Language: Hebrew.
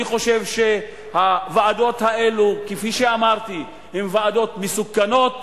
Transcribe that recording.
אני חושב שהוועדות האלה הן ועדות מסוכנות,